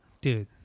dude